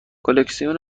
کلکسیون